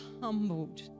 humbled